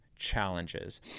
challenges